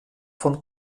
von